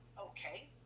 okay